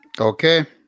Okay